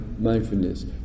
mindfulness